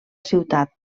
ciutat